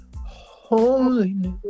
Holiness